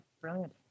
Brilliant